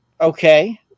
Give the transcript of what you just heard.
Okay